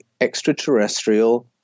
extraterrestrial